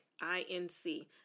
I-N-C